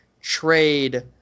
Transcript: trade